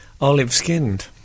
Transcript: olive-skinned